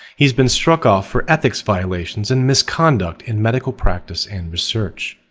he's been struck off for ethics violation so and misconduct in medical practice and research.